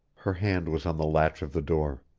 her hand was on the latch of the door.